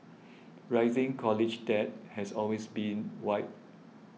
rising college debt has always been wide